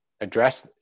address